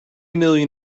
million